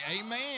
Amen